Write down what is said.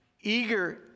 eager